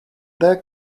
there